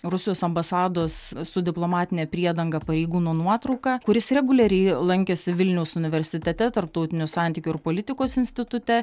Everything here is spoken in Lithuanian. rusijos ambasados su diplomatine priedanga pareigūno nuotrauką kuris reguliariai lankėsi vilniaus universitete tarptautinių santykių ir politikos institute